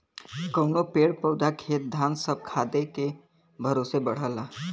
कउनो पेड़ पउधा खेत धान सब खादे के भरोसे बढ़ला